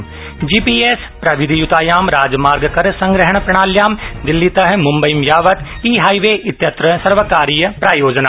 जी P एसप्रविधियुतायां राजमार्गकरसंग्रहण प्रणाल्यां दिल्लीत मुम्बय्यी यावत् ई हाइवे इत्यत्र सर्वकारीय प्रायोजना